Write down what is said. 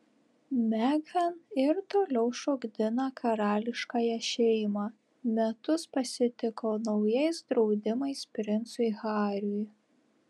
meghan ir toliau šokdina karališkąją šeimą metus pasitiko naujais draudimais princui hariui